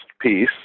piece